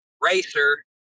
racer